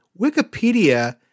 Wikipedia